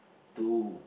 too